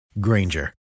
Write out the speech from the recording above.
Granger